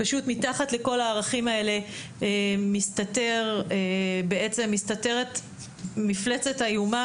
פשוט מתחת לכל הערכים האלה בעצם מסתתרת מפלצת איומה